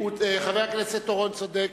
חבר הכנסת אורון צודק,